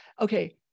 okay